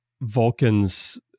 Vulcans